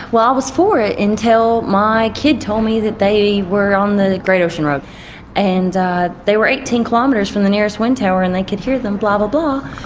well, i was for it until my kid told me that they were on the great ocean road and they eighteen kilometres from the nearest wind tower and they could hear them, blah blah blah.